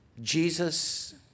Jesus